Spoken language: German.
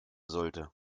sollte